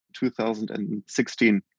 2016